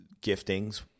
giftings